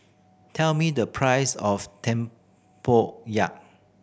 tell me the price of tempoyak